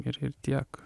ir ir tiek